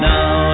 Now